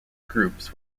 groups